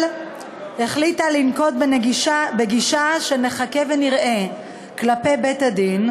אבל החליטה לנקוט גישה של "נחכה ונראה" כלפי בית-הדין,